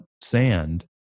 sand